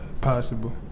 possible